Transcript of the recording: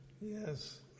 Yes